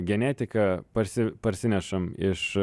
genetiką parsi parsinešam iš